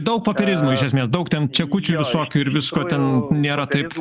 daug popierizmo iš esmės daug ten čekučių visokių šokių ir visko ten nėra taip